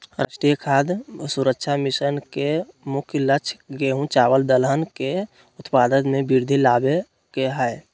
राष्ट्रीय खाद्य सुरक्षा मिशन के मुख्य लक्ष्य गेंहू, चावल दलहन के उत्पाद में वृद्धि लाबे के हइ